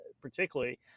particularly